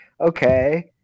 okay